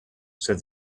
said